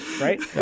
right